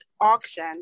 auction